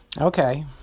Okay